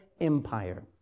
empire